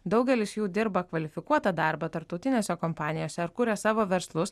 daugelis jų dirba kvalifikuotą darbą tarptautinėse kompanijose ar kuria savo verslus